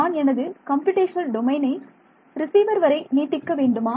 நான் எனது கம்ப்யூடேஷனல் டொமைனை ரிசீவர் வரை நீட்டிக்க போகிறேனா